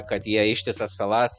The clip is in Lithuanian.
kad jie ištisas salas